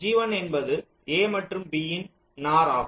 G1 என்பது a மற்றும் b இன் நார் ஆகும்